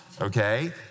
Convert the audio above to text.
okay